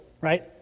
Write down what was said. right